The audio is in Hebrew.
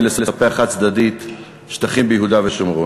לספח חד-צדדית שטחים ביהודה ושומרון.